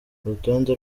urutonde